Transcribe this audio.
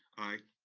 aye.